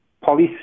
policy